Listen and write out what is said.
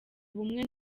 ubumwe